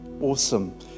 Awesome